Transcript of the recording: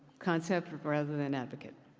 concept rather than advocate.